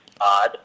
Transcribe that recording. Odd